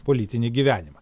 politinį gyvenimą